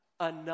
enough